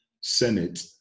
Senate